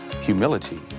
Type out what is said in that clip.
humility